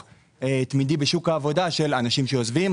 תמידי בשוק העבודה של אנשים שעוזבים,